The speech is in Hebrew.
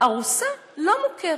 ארוסה לא מוכרת.